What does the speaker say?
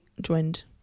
joined